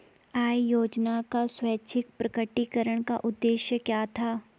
आय योजना का स्वैच्छिक प्रकटीकरण का उद्देश्य क्या था?